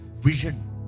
vision